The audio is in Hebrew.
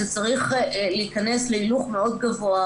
זה צריך להכנס להילוך מאוד גבוה,